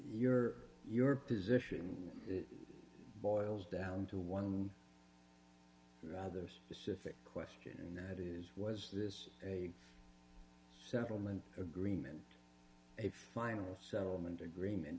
your your position boils down to one rather specific question and that is was this a settlement agreement a final settlement agreement